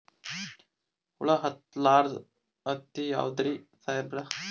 ಹುಳ ಹತ್ತಲಾರ್ದ ಹತ್ತಿ ಯಾವುದ್ರಿ ಸಾಹೇಬರ?